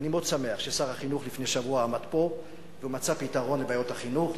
ואני מאוד שמח ששר החינוך לפני שבוע עמד פה ומצא פתרון לבעיות החינוך,